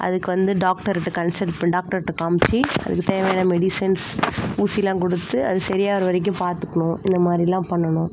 அதுக்கு வந்து டாக்டர்க்கிட்டே கன்சல் பண்ணி இப்போ டாக்டர்ட்ட காம்மிச்சி அதுக்கு தேவையான மெடிஷன்ஸ் ஊசில்லாம் கொடுத்து அதுக்கு சரியாகுற வரைக்கும் பாத்துக்கணும் இந்தமாதிரிலாம் பண்ணணும்